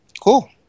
Cool